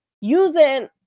using